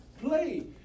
play